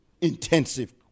Intensive